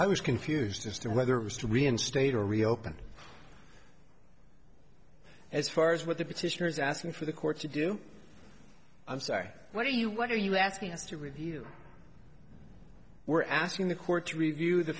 i was confused as to whether it was to reinstate or reopen as far as what the petitioners asking for the court to do i'm sorry what are you what are you asking us to review we're asking the court to review the